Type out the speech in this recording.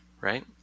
right